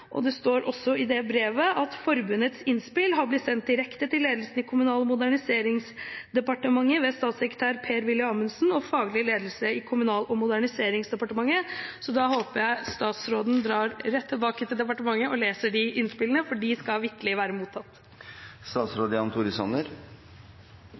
Det står også i brevet at forbundets innspill har blitt sendt direkte til ledelsen i Kommunal- og moderniseringsdepartementet ved statssekretær Per-Willy Amundsen og faglig ledelse i Kommunal- og moderniseringsdepartementet. Så da håper jeg statsråden drar rett tilbake til departementet og leser de innspillene, for de skal vitterlig være mottatt.